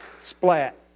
splat